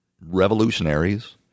revolutionaries